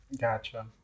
Gotcha